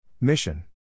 Mission